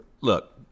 look